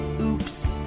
Oops